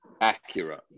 accurate